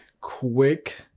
quick